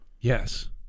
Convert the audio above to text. Yes